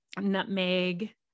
nutmeg